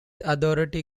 authority